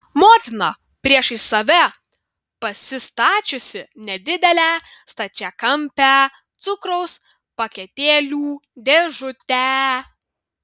motina priešais save pasistačiusi nedidelę stačiakampę cukraus paketėlių dėžutę